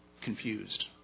confused